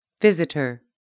visitor